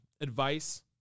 advice